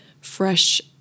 fresh